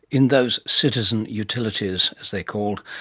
in those citizen utilities, as they're called.